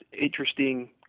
interesting